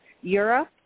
Europe